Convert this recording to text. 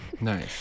Nice